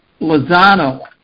Lozano